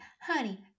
honey